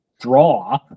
draw